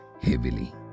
heavily